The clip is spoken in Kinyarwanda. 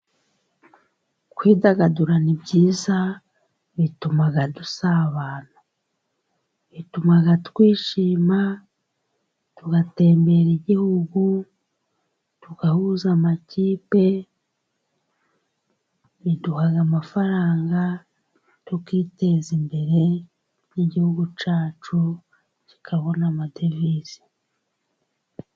Kwidagadura ni byiza, bituma dusabana. Bituma twishima, tugatembera igihugu, tugahuza amakipe. Biduha amafaranga, tukiteza imbere. Igihugu cyacu kikabona amadovize.